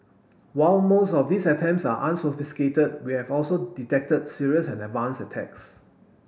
while most of these attempts are unsophisticated we have also detected serious and advance attacks